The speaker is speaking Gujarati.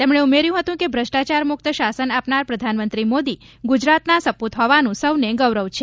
તેમણે ઉમેર્યું હતું કે ભ્રષ્ટાચારમુક્ત શાસન આપનાર પ્રધાનમંત્રી મોદી ગુજરાતના સપુત હોવાનું સૌને ગૌરવ છે